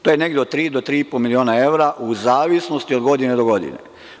To je negde od tri do tri i po miliona evra, u zavisnosti od godine do godine.